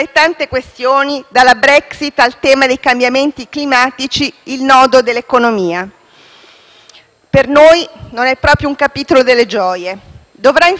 Per noi non è proprio un capitolo delle gioie. Dovrà infatti approvare, o meno, le priorità politiche strategiche dell'analisi annuale sulla crescita